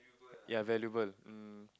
ya valuable um